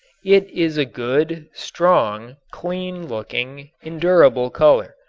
it is a good, strong, clean looking, endurable color.